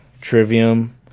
Trivium